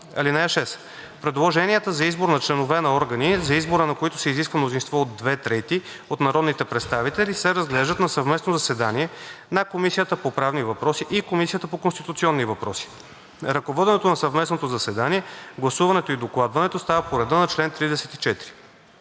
публично. (6) Предложенията за избор на членове на органи, за избора на които се изисква мнозинство от две трети от народните представители, се разглеждат на съвместно заседание на Комисията по правни въпроси и Комисията по конституционни въпроси. Ръководенето на съвместното заседание, гласуването и докладването става по реда на чл. 34.